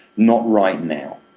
not right now.